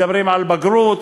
מדברים על בגרות,